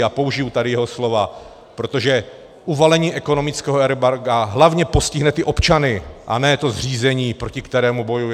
A použiji tady jeho slova, protože uvalení ekonomického embarga hlavně postihne ty občany, a ne to zřízení, proti kterému bojujeme.